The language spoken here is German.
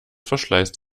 verschleißt